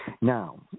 Now